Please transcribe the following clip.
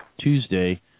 Tuesday